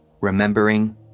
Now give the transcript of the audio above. remembering